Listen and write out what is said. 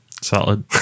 solid